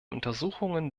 untersuchungen